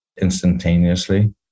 instantaneously